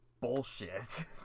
bullshit